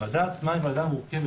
הוועדה עצמה היא ועדה מורכבת.